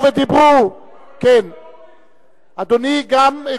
וגם גנב.